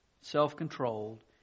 self-controlled